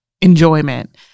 enjoyment